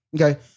Okay